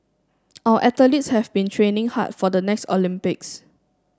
our athletes have been training hard for the next Olympics